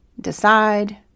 Decide